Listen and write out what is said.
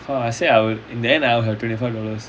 I say I'll in the end I'll have twenty five dollars